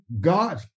God